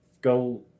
go